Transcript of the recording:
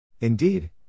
Indeed